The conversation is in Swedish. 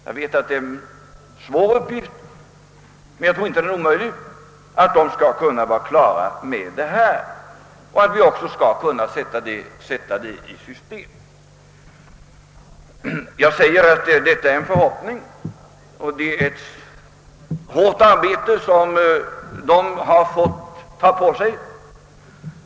Jag vet att de har fått ta på sig ett hårt arbete, men vi hoppas att de skall vara klara med saken inom de närmaste månaderna så att det hela skall kunna sättas 1 system.